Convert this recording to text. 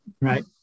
Right